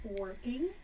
working